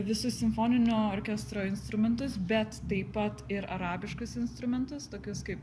visus simfoninio orkestro instrumentus bet taip pat ir arabiškus instrumentus tokius kaip